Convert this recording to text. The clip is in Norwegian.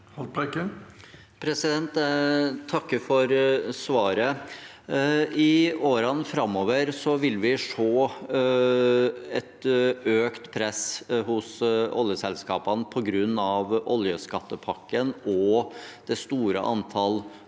Jeg takker for svaret. I årene framover vil vi se et økt press hos oljeselskapene på grunn av oljeskattepakken og det store antallet